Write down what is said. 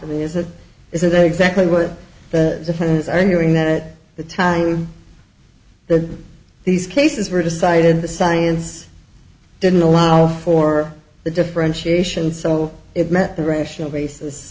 the is that is exactly what the defendants arguing that at the time that these cases were decided the science didn't allow for the differentiation so it met the rational basis